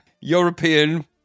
European